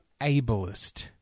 ableist